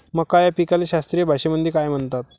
मका या पिकाले शास्त्रीय भाषेमंदी काय म्हणतात?